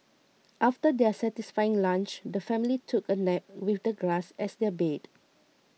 after their satisfying lunch the family took a nap with the grass as their bed